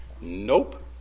Nope